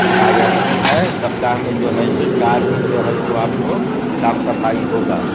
दाई आती है सप्ताह में जो है सो चार दिन जो है सो आपको साफ़ सफ़ाई होगी